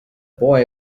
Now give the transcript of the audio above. boy